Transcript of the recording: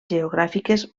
geogràfiques